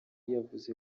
yavuze